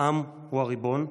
העם הוא הריבון,